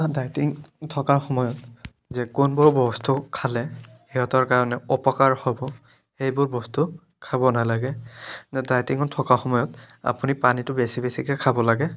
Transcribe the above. dieting থকাৰ সময়ত যে কোনবোৰ বস্তু খালে সিহঁতৰ কাৰণে অপকাৰ হ'ব সেইবোৰ বস্তু খাব নালাগে যে ডায়েটিঙত থকা সময়ত আপুনি পানীটো বেছি বেছিকৈ খাব লাগে